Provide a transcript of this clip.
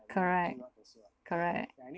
correct correct